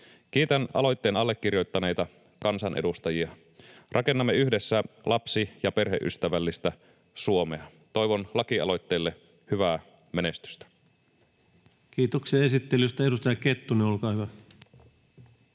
Kiitän aloitteen allekirjoittaneita kansanedustajia. Rakennamme yhdessä lapsi- ja perheystävällistä Suomea. Toivon lakialoitteelle hyvää menestystä. [Speech 226] Speaker: Ensimmäinen varapuhemies